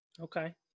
Okay